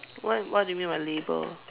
what what do you mean by label